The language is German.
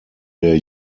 der